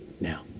Now